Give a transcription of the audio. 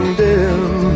dim